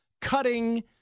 cutting –